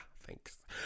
thanks